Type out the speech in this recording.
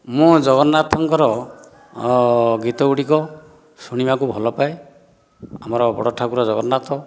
ମୁଁ ଜଗନ୍ନାଥଙ୍କର ଗୀତ ଗୁଡ଼ିକ ଶୁଣିବାକୁ ଭଲ ପାଏ ଆମର ବଡ଼ ଠାକୁର ଜଗନ୍ନାଥ